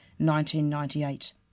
1998